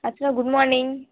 Archana good morning